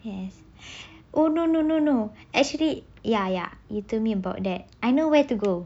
yes oh no no no no actually ya ya you told me about that I know where to go